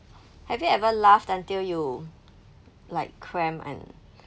have you ever laughed until you like cramp and